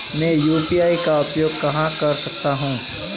मैं यू.पी.आई का उपयोग कहां कर सकता हूं?